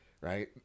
Right